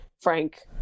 Frank